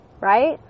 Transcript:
right